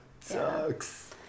sucks